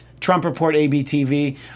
TrumpReportABTV